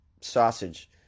sausage